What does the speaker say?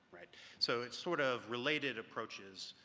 so it's sort of related approaches.